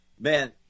Man